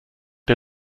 der